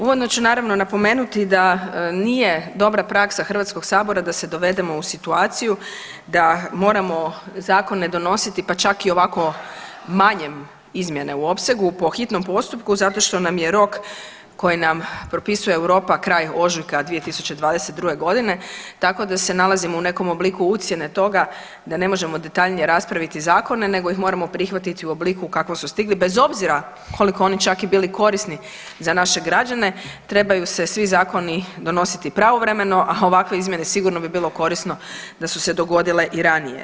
Uvodno ću naravno napomenuti da nije dobra praksa HS-a da se dovedemo u situaciju da moramo zakone donositi pa čak i u ovako manje izmjene u opsegu po hitnom postupku zato što nam je rok koji nam propisuje Europa kraj ožujka 2022.g. tako da se nalazimo u nekom obliku ucjene toga da ne možemo detaljnije raspraviti zakone nego ih moramo prihvatiti u obliku u kakvom su stigli, bez obzira koliko oni čak i bili korisni za naše građane trebaju se svi zakoni donositi pravovremeno, a ovakve izmjene sigurno bi bilo korisno da su se dogodile i ranije.